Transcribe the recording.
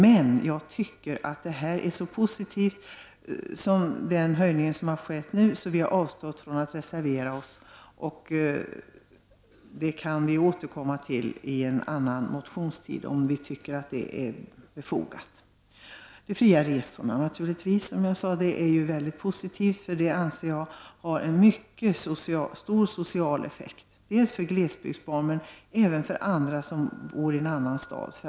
Men jag tycker att det som har gjorts är så posi tivt att miljöpartiet har avstått från att reservera sig. Vi kan återkomma till detta under en annan motionsperiod om det är befogat. Det är positivt med de fria resorna. Jag anser att de har en stor social effekt, bl.a. för glesbygdsbarn men även för andra som bor i en annan stad.